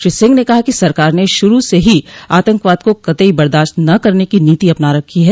श्री सिंह ने कहा कि सरकार ने शुरू से ही आतंकवाद को कतई बर्दाश्त न करने की नीति अपना रखी है